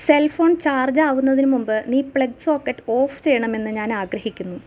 cell phone charge ആവുന്നതിന് മുമ്പ് നീ പ്ലഗ് സോക്കറ്റ് ഓഫ് ചെയ്യണമെന്ന് ഞാൻ ആഗ്രഹിക്കുന്നു